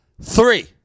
Three